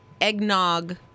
eggnog